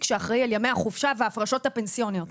שאחראי על ימי החופשה וההפרשות הפנסיוניות,